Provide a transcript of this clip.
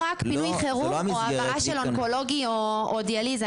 זה לא רק פינוי חירום או העברה של אונקולוגי או דיאליזה.